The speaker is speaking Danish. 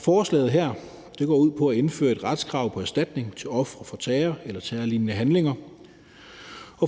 forslaget her går ud på at indføre et retskrav på erstatning til ofre for terror eller terrorlignende handlinger.